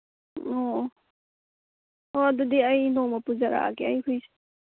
ꯑꯣ ꯑꯣ ꯑꯣ ꯑꯗꯨꯗꯤ ꯑꯩ ꯅꯣꯡꯃ ꯄꯨꯖꯔꯛꯑꯒꯦ ꯑꯩ ꯍꯨꯏꯁꯦ